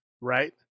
right